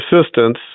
assistance